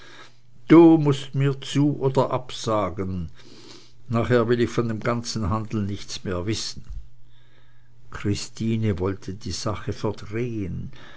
du mußt mir zu oder absagen nachher will ich von dem ganzen handel nichts mehr wissen christine wollte die sache verdrehen